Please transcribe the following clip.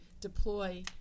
deploy